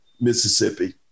Mississippi